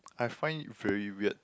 I find it very weird